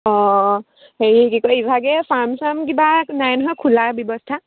অঁ হেৰি কি বোলে ইভাগে ফাৰ্ম চাৰ্ম কিবা নাই নহয় খোলা ব্যৱস্থা